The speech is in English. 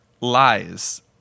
lies